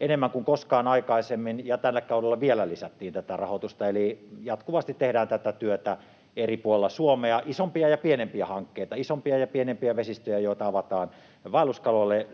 enemmän kuin koskaan aikaisemmin, ja tälle kaudelle vielä lisättiin tätä rahoitusta. Eli jatkuvasti tehdään tätä työtä eri puolilla Suomea. Isompia ja pienempiä hankkeita, isompia ja pienempiä vesistöjä, joita avataan vaelluskaloille.